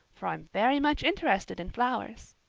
for i'm very much interested in flowers.